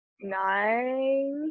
nine